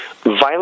Violent